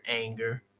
anger